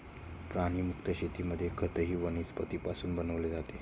प्राणीमुक्त शेतीमध्ये खतही वनस्पतींपासून बनवले जाते